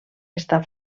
està